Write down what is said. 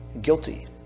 guilty